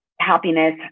happiness